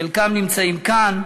חלקם נמצאים כאן,